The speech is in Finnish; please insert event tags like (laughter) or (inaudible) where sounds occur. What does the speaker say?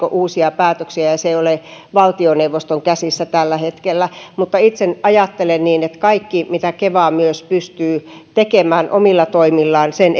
(unintelligible) uusia päätöksiä ja ja se ei ole valtioneuvoston käsissä tällä hetkellä mutta itse ajattelen niin että kaikki mitä keva pystyy tekemään omilla toimillaan sen (unintelligible)